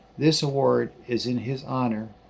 this award is in his honor,